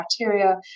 criteria